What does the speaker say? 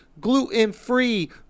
gluten-free